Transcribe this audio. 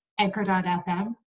anchor.fm